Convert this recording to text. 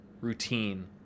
routine